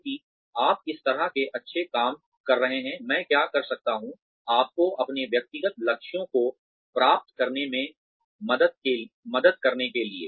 चूंकि आप इस तरह के अच्छे काम कर रहे हैं मैं क्या कर सकता हूँ आपको अपने व्यक्तिगत लक्ष्यों को प्राप्त करने में मदद करने के लिए